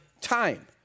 time